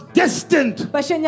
destined